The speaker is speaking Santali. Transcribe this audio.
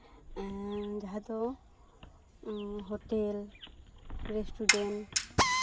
ᱮᱸᱜᱻ ᱡᱟᱦᱟᱸ ᱫᱚ ᱦᱳᱴᱮᱞ ᱨᱮᱥᱴᱩᱨᱮᱱᱴ